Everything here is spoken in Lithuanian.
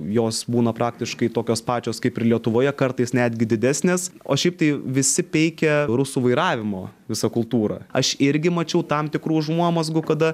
jos būna praktiškai tokios pačios kaip ir lietuvoje kartais netgi didesnės o šiaip tai visi peikia rusų vairavimo visą kultūrą aš irgi mačiau tam tikrų užuomazgų kada